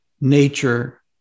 Nature